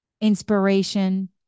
inspiration